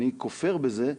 אני כופר בזה.